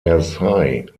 versailles